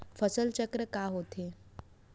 फसल चक्र का होथे?